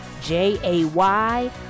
J-A-Y